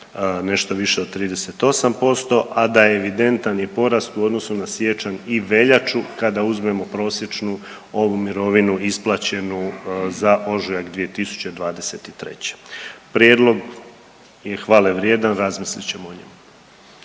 nešto više od 38%, a da je evidentan i porast u odnosu na siječanj i veljaču kada uzmemo prosječnu ovu mirovinu isplaćenu za ožujak 2023. Prijedlog je hvale vrijedan. Razmislit ćemo o njemu.